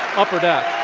upper deck.